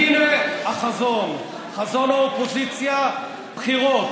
הינה החזון: חזון האופוזיציה, בחירות,